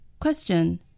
Question